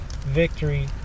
victory